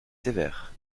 sévère